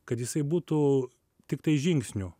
kad jisai būtų tiktai žingsniu